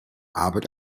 arbeit